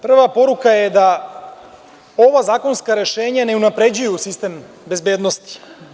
Prva poruka je da ova zakonska rešenja ne unapređuju sistem bezbednosti.